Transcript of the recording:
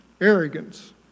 arrogance